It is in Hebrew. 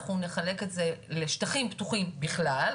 אנחנו נחלק את זה לשטחים פתוחים בכלל,